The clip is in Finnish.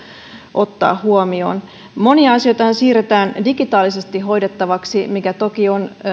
ottaa huomioon monia asioitahan siirretään digitaalisesti hoidettavaksi mikä toki on